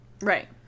Right